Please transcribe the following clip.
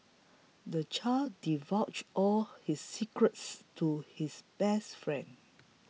the child divulged all his secrets to his best friend